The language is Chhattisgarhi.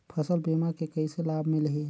फसल बीमा के कइसे लाभ मिलही?